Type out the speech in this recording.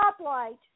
stoplight